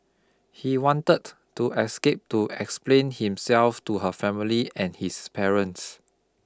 he wanted to escape to explain himself to her family and his parents